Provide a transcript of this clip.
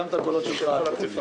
לא,